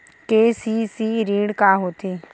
KCC ऋण का होथे?